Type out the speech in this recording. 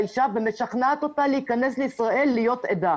אישה ומשכנעת אותה להיכנס לישראל להיות עדה.